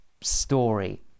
story